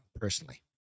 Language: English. personally